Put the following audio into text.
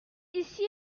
ici